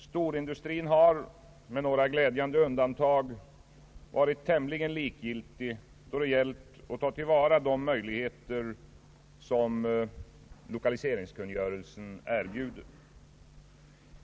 Storindustrin har — med några glädjande undantag — varit tämligen likgiltig då det gällt att ta till vara de möjligheter som lokaliseringskungörelsen erbjuder.